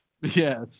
Yes